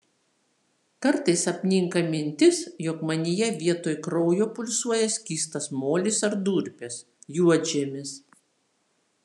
kartais apninka mintis jog manyje vietoj kraujo pulsuoja skystas molis ar durpės juodžemis